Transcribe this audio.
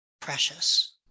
precious